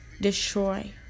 destroy